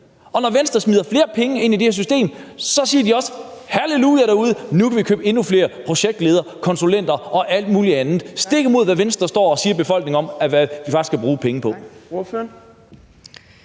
Og når Venstre smider flere penge ind i det her system, så siger de også halleluja derude; nu kan vi købe endnu flere projektlederkonsulenter og alt mulig andet, stik imod hvad Venstre står og siger til befolkningen om, hvad de faktisk skal bruge penge på.